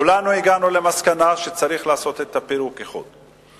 כולנו הגענו למסקנה שצריך לעשות את פירוק האיחוד.